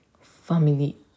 family